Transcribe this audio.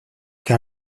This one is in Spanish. que